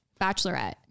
Bachelorette